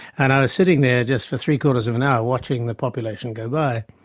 and i was sitting there just for three-quarters of an hour watching the population go by.